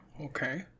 okay